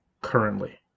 currently